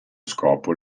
scopo